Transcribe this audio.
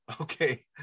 okay